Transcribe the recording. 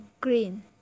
Green